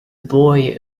boy